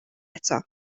eto